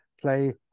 Play